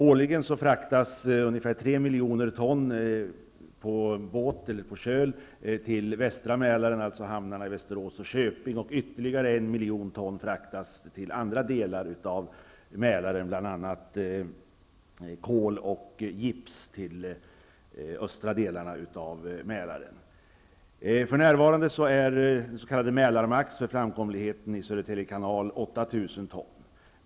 Årligen fraktas ungefär 3 miljoner ton på köl till västra Mälaren, alltså hamnarna i Västerås och Köping, och ytterligare 1 miljon ton fraktas till andra delar av Mälaren, bl.a. kol och gips till östra delarna av Mälaren. För närvarande är det s.k. Mälarmax för framkomligheten i Södertälje kanal 8 000 ton.